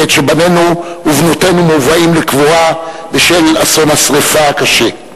בעת שבנינו ובנותינו מובאים לקבורה בשל אסון השרפה הקשה.